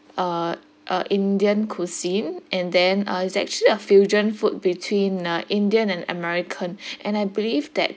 uh uh indian cuisine and then uh it's actually a fusion food between uh indian and american and I believe that